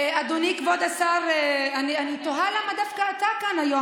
אדוני כבוד השר, אני תוהה למה דווקא אתה כאן היום.